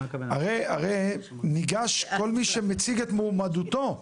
הרי כל מי שמציג את מועמדותו,